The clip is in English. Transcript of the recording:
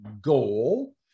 goal